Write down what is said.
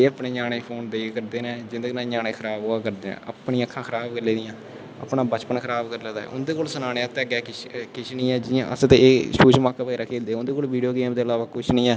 एह् अपने ञ्यानें गी फोन दे करदे नै जिंदे नै ञ्यानें खराब होआ करदे नै अपनी अक्खां खराब करी लेदियां अपना बचपन खराब करी लेदी उंदै कोल अग्गैं सनानै आस्तै किश नी ऐ जियां अस ते एह् षुह् शोआका खेलदे हे उंदे कोल वीडियो गेम दे इलावा कुश नी ऐ